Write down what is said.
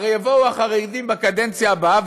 הרי יבואו החרדים בקדנציה הבאה,